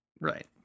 right